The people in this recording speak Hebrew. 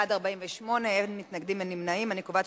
נתקבל.